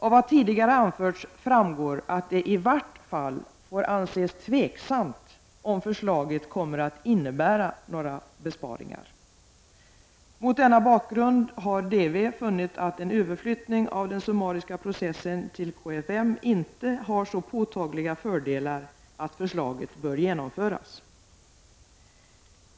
Av vad tidigare anförts framgår att det i vart fall får anses tveksamt om förslaget kommer att innebära några besparingar. Mot denna bakgrund har DV funnit att en överflyttning av den summariska processen till KFM inte har så påtagliga fördelar att förslaget bör genomföras.